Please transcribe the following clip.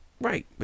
Right